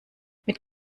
mit